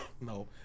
No